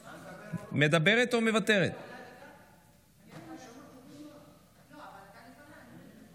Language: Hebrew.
לא, אבל אתה לפניי.